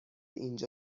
اینجا